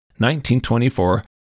1924